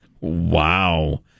Wow